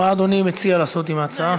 מה אדוני מציע לעשות עם ההצעה?